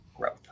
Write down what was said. growth